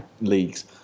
leagues